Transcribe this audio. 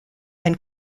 and